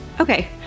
Okay